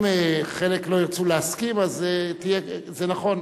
אם חלק לא ירצו להסכים, אז זה נכון.